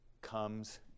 comes